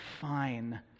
fine